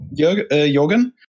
Jorgen